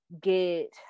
get